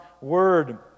Word